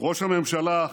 ראש הממשלה,